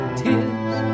tears